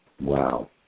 Wow